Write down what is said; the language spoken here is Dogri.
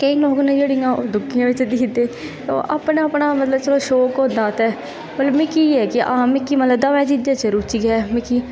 केईं न जेह्ड़ियां ओह् सिद्धे सादे ते अपना अपना शौक होंदा ते मिगी केह् ऐ की मिगी दमें चीज़ें च रुचि ऐ ते